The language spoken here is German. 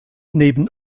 neben